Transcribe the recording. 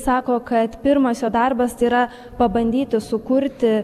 sako kad pirmas jo darbas yra pabandyti sukurti